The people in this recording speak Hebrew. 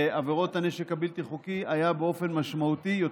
היה נמוך יותר באופן משמעותי.